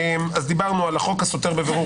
דיברנו על החוק הסותר בבירור,